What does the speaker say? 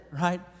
right